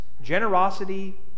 Generosity